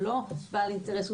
הוא לא בעל אינטרס,